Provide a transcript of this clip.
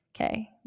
okay